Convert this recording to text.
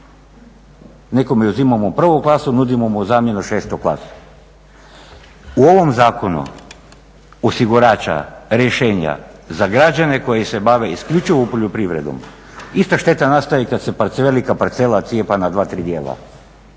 Nekome uzimamo prvu klasu, nudimo mu u zamjenu šestu klasu. U ovom zakonu osigurača rješenja za građane koji se bave isključivo poljoprivredom, ista šteta nastaje i kada se velika parcela cijepa na dva, tri dijela.